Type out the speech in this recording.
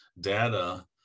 data